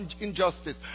injustice